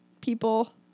people